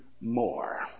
more